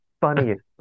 funniest